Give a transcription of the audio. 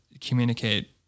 communicate